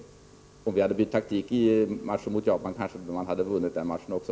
Om det svenska fotbollslaget hade bytt taktik i matchen mot Japan hade de kanske vunnit den matchen också.